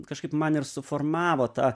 kažkaip man ir suformavo tą